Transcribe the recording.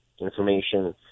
information